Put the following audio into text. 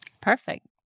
Perfect